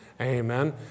Amen